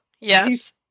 Yes